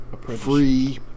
free